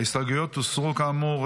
ההסתייגויות הוסרו, כאמור.